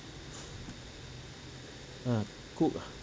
ah cook ah